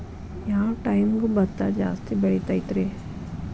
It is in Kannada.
ಯಾವ ಟೈಮ್ಗೆ ಭತ್ತ ಜಾಸ್ತಿ ಬೆಳಿತೈತ್ರೇ?